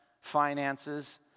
finances